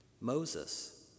moses